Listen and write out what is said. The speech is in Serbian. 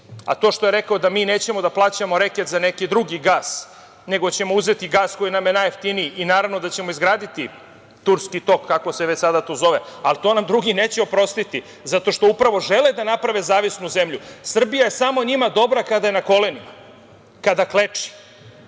to što je rekao da mi nećemo da plaćamo reket za neki drugi gas, nego ćemo uzeti gas koji nam je najjeftiniji i naravno da ćemo izgraditi Turski tok, kako se sada to zove, ali to nam drugi neće oprostiti zato što žele da naprave zavisnu zemlju. Srbija je samo njima dobra kada je na kolenima, kada kleči,